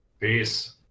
Peace